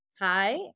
Hi